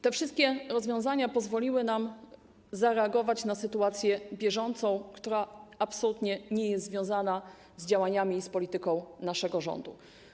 Te wszystkie rozwiązania pozwoliły nam zareagować na sytuację bieżącą, która absolutnie nie jest związana z działaniami i z polityką naszego rządu.